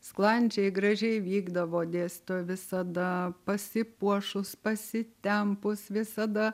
sklandžiai gražiai vykdavo dėstytoja visada pasipuošus pasitempus visada